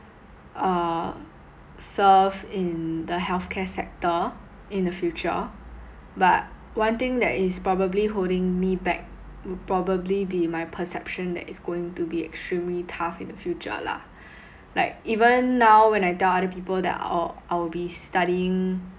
uh serve in the healthcare sector in the future but one thing that is probably holding me back would probably be my perception that it's going to be extremely tough in the future lah like even now when I tell other people that I'll I'll be studying